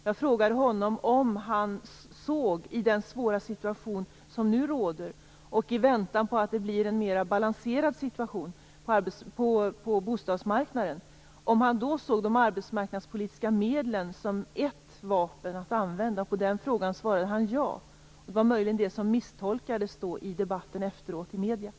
Jag frågade honom om han såg i den svåra situation som nu råder och i väntan på en mer balanserad situation på bostadsmarknaden de arbetsmarknadspolitiska medlen som ett vapen att använda. På den frågan svarade han ja. Det var möjligen detta som misstolkades i debatten efteråt av medierna.